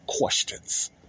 questions